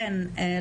בבקשה,